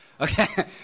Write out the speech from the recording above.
Okay